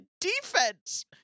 defense